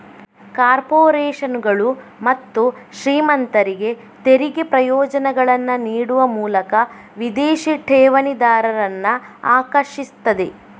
ಕಾರ್ಪೊರೇಷನುಗಳು ಮತ್ತು ಶ್ರೀಮಂತರಿಗೆ ತೆರಿಗೆ ಪ್ರಯೋಜನಗಳನ್ನ ನೀಡುವ ಮೂಲಕ ವಿದೇಶಿ ಠೇವಣಿದಾರರನ್ನ ಆಕರ್ಷಿಸ್ತದೆ